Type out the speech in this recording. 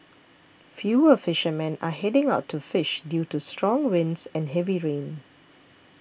fewer fishermen are heading out to fish due to strong winds and heavy rain